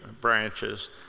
branches